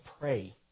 pray